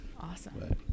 Awesome